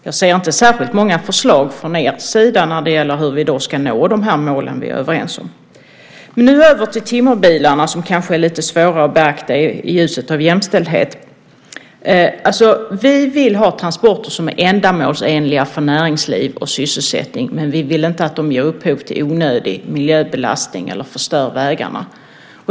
Jag ser inte särskilt många förslag från er sida när det gäller hur vi ska nå de mål som vi är överens om. Låt mig nu gå över till timmerbilarna som kanske är lite svårare att beakta i ljuset av jämställdhet. Vi vill ha transporter som är ändamålsenliga för näringsliv och sysselsättning, men vi vill inte att de ger upphov till onödig miljöbelastning eller förstör vägarna.